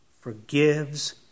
forgives